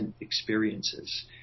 experiences